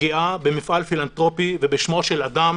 לפגיעה במפעל פילנתרופי ובשמו של אדם